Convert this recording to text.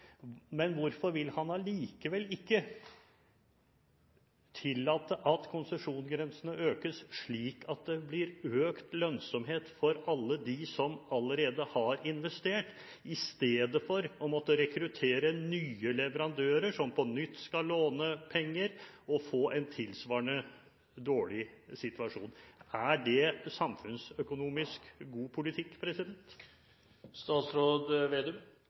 Hvorfor vil han likevel ikke tillate at konsesjonsgrensene økes slik at det blir økt lønnsomhet for alle dem som allerede har investert, istedenfor å måtte rekruttere nye leverandører som på nytt skal låne penger og få en tilsvarende dårlig situasjon? Er det samfunnsøkonomisk god politikk?